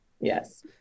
Yes